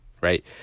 right